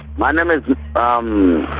my name is um.